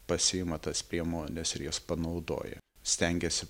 pasiima tas priemones ir jas panaudoja stengiasi